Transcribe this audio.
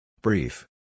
Brief